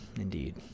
indeed